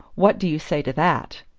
what. do you say to that?